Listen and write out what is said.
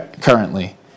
currently